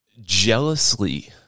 jealously